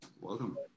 Welcome